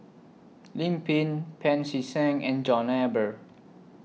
Lim Pin Pancy Seng and John Eber